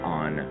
on